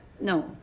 no